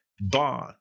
bond